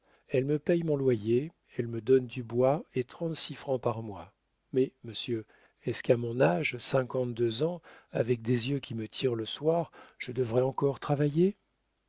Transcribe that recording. elle me paye mon loyer elle me donne du bois et trente-six francs par mois mais monsieur est-ce qu'à mon âge cinquante-deux ans avec des yeux qui me tirent le soir je devrais encore travailler